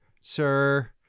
sir